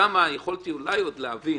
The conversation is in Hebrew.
שם יכולתי אולי עוד להבין.